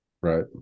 right